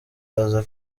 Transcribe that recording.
aza